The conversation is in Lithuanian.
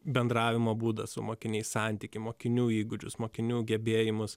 bendravimo būdą su mokiniais santykį mokinių įgūdžius mokinių gebėjimus